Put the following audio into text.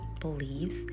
believes